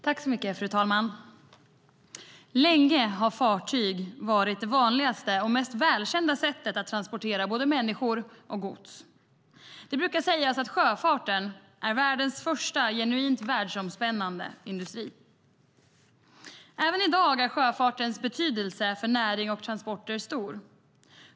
Fru talman! Länge har fartyg varit det vanligaste och mest välkända sättet att transportera både människor och gods. Det brukar sägas att sjöfarten är världens första genuint världsomspännande industri. Även i dag är sjöfartens betydelse för näring och transporter stor.